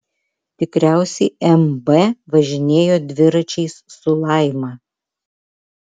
tikriausiai mb važinėjo dviračiais su laima